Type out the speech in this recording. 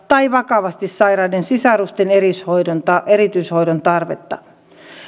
tai vakavasti sairaiden sisarusten erityishoidon tarvetta